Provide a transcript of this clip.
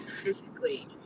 physically